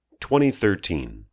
2013